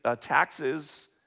taxes